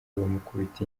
bamukubita